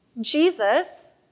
Jesus